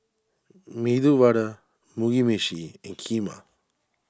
Medu Vada Mugi Meshi and Kheema